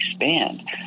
expand